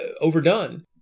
overdone